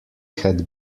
had